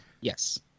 Yes